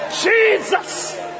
Jesus